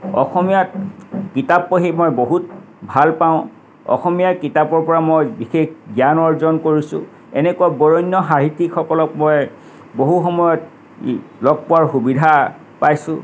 অসমীয়াত কিতাপ পঢ়ি মই বহুত ভাল পাওঁ অসমীয়াৰ কিতাপৰ পৰা মই বিশেষ জ্ঞান অৰ্জন কৰিছোঁ এনেকুৱা বৰেণ্য সাহিত্যিকসকলক মই বহু সময়ত লগ পোৱাৰ সুবিধা পাইছোঁ